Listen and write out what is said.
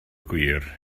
gwir